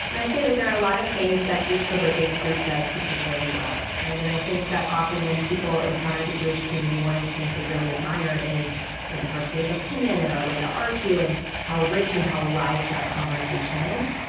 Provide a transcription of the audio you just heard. i say that there are a lot of things that each religious group does particularly well. and i think that often, when people encounter the jewish community, one of the things they really admire is our diversity of opinion and our way to argue and how rich and how alive that conversation is.